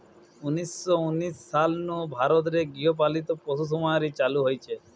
উনিশ শ উনিশ সাল নু ভারত রে গৃহ পালিত পশুসুমারি চালু হইচে